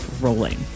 rolling